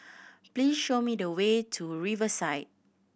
please show me the way to Riverside